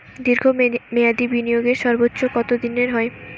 দীর্ঘ মেয়াদি বিনিয়োগের সর্বোচ্চ কত দিনের হয়?